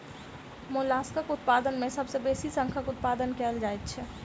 मोलास्कक उत्पादन मे सभ सॅ बेसी शंखक उत्पादन कएल जाइत छै